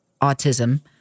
autism